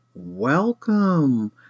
Welcome